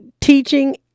teaching